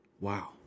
Wow